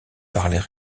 parler